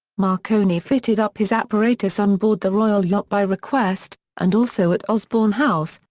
marconi fitted up his apparatus on board the royal yacht by request, and also at osborne house,